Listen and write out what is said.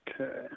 Okay